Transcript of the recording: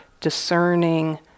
discerning